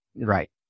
Right